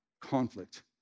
conflict